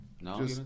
No